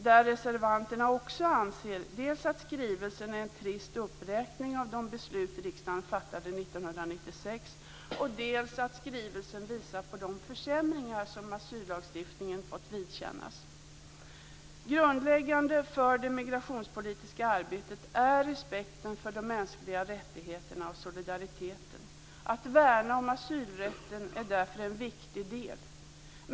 Där anser reservanterna dels att skrivelsen är en trist uppräkning av de beslut riksdagen fattade 1996, dels att skrivelsen visar på de försämringar som asyllagstiftningen fått vidkännas. Grundläggande för det migrationspolitiska arbetet är respekten för de mänskliga rättigheterna och solidariteten. Att värna om asylrätten är därför en viktig del.